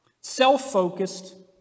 Self-focused